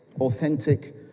Authentic